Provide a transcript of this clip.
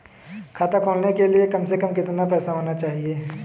खाता खोलने के लिए कम से कम कितना पैसा होना चाहिए?